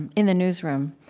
and in the newsroom,